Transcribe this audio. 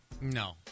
No